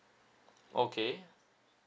okay